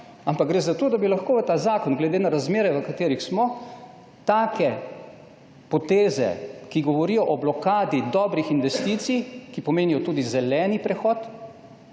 ampak gre za to, da bi lahko v ta zakon, glede na razmere, v katerih smo, take poteze, ki govorijo o blokadi dobrih investicij, ki pomenijo tudi zeleni prehod,